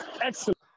excellent